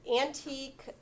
antique